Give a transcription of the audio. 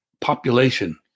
population